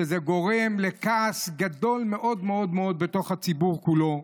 שזה גורם לכעס גדול מאוד מאוד מאוד בתוך הציבור כולו,